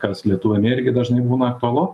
kas lietuviam irgi dažnai būna aktualu